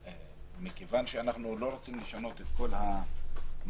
אנחנו לא רוצים לשנות את כל המערכת.